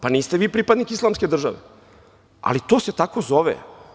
Pa, niste vi pripadnik Islamske države, ali to se tako zove.